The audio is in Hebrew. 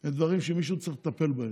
הם דברים שמישהו צריך לטפל בהם,